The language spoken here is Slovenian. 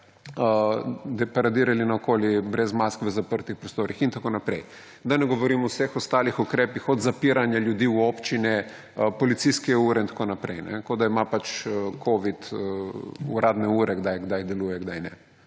paradirali okoli brez mask v zaprtih prostorih in tako naprej. Da ne govorim o vseh ostalih ukrepih, od zapiranja ljudi v občine, policijske ure in tako naprej, kot da ima covid uradne ure, kdaj deluje in kdaj ne.